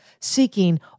seeking